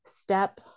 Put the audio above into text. step